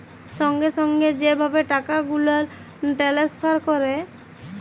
সঙ্গে সঙ্গে যে ভাবে টাকা গুলাল টেলেসফার ক্যরে